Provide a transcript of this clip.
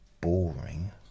boring